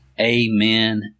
Amen